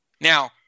Now